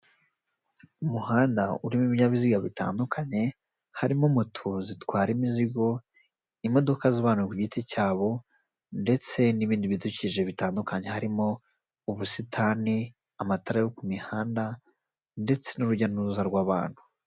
Umuhanda urimo ibibinyabiziga bitandukanye, harimo moto zitwara imizigo, imodoka z'abantu ku giti cyabo, ndetse n'ibindi bidukikije bitandukanye, harimo ubusitani, amatara yo ku mihanda, ndetse n'urujya n'uruza rw'abantu.